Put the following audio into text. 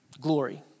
Glory